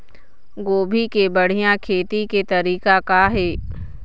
गोभी के बढ़िया खेती के तरीका का हे?